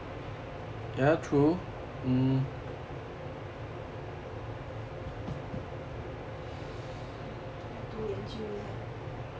我我要多研究一下